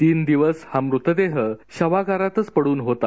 तीन दिवस हा मृतदेह शवागारात पडून होता